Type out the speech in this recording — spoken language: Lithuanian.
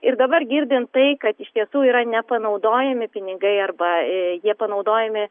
ir dabar girdint tai kad iš tiesų yra nepanaudojami pinigai arba e jie panaudojami